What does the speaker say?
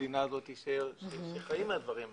במדינה הזאת שחיים מהדברים האלה.